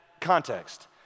context